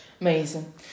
amazing